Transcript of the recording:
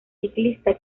ciclista